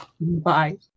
Bye